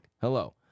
hello